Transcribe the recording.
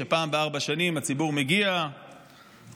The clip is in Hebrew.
שפעם בארבע שנים הציבור מגיע ומבטא